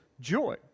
joy